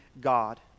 God